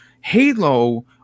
Halo